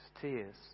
tears